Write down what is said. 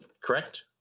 correct